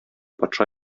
патша